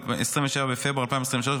27 בפברואר 2023,